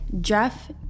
Jeff